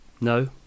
No